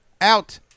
out